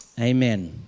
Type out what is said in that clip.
amen